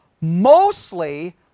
mostly